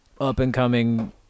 up-and-coming